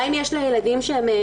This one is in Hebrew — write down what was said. מה אם יש לה ילדים מתבגרים,